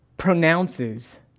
pronounces